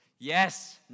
Yes